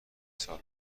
سالن